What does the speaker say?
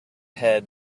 head